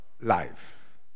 life